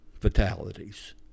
fatalities